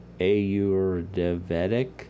Ayurvedic